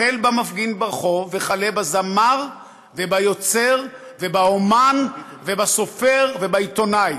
החל במפגין ברחוב וכלה בזמר וביוצר ובאמן ובסופר ובעיתונאי.